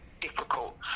difficult